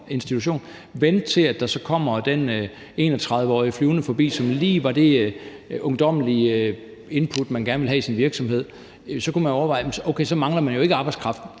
institution vil vente på, at den 31-årige kommer flyvende forbi, som lige var det ungdommelige input, man gerne ville have i sin virksomhed, så kan man overveje, om man mangler arbejdskraft,